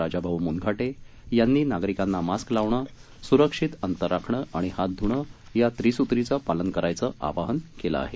राजाभाऊ मुनघाटे यांनी नागरिकांना मास्क लावणं सुरक्षित अंतर राखण आणि हात धुणं या त्रिसूत्रीचं पालन करण्याचं आवाहन केलं आहे